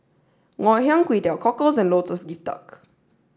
Ngoh Hiang Kway Teow Cockles and Lotus Leaf Duck